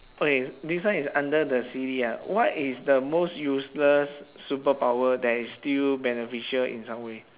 okay this one is under the silly ah what is the most useless superpower that is still beneficial in some way